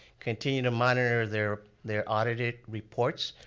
continue to monitor their their audited reports,